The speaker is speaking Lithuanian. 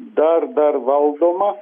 dar dar valdoma